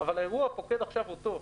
אבל האירוע פוקד עכשיו אותו.